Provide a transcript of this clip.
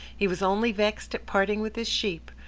he was only vexed at parting with his sheep,